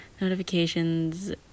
notifications